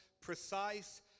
precise